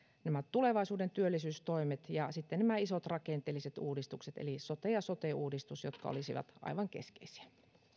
nämä tulevaisuuden työllisyystoimet ja sitten nämä isot rakenteelliset uudistukset eli sote ja sotu uudistus jotka olisivat aivan keskeisiä